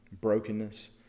brokenness